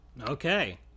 Okay